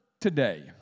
today